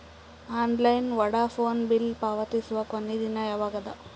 Online Vodafone bill ಪಾವತಿಸುವ ಕೊನಿ ದಿನ ಯವಾಗ ಅದ?